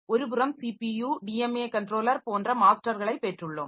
ஒருபுறம் CPU DMA controller போன்ற மாஸ்டர்களை பெற்றுள்ளோம்